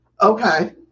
Okay